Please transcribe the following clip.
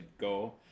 go